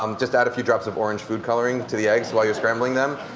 um just add a few drops of orange food coloring to the eggs while you're scrambling them.